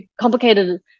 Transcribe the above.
complicated